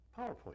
PowerPoint